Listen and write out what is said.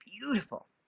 beautiful